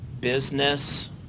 business